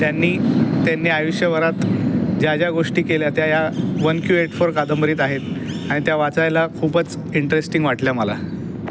त्यांनी त्यांनी आयुष्यभरात ज्या ज्या गोष्टी केल्या त्या वन क्यू एट फोर या कादंबरीत आहेत आणि त्या वाचायला खूपच इंटेरस्टींग वाटल्या मला